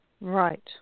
Right